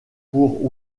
pour